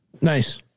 Nice